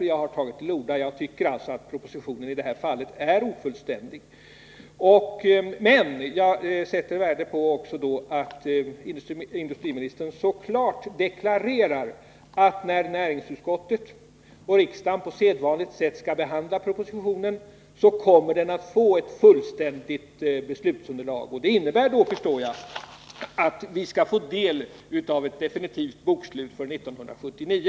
Jag tycker alltså att propositionen är ofullständig i det här fallet. Men jag sätter också värde på att industriministern så klari deklarerar att vi kommer att få ett fullständigt beslutsunderlag när näringsutskottet och riksdagen på sedvanligt sätt skall behandla propositionen. Det innebär, förstår jag, att vi då skall få ta del av ett definitivt bokslut för 1979.